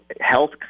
health